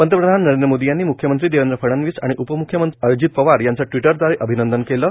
पंतप्रधान नरेंद्र मोदी यांनी मुख्यमंत्री देवेंद्र फडणवीस आणि उपमुख्यमंत्री अजित पवार यांचं ट्विटरद्वारे अभिनंदन केलं आहे